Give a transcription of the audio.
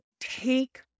take